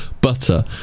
butter